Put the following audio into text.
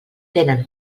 tenen